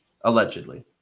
Allegedly